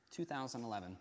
2011